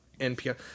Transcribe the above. NPR